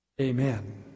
Amen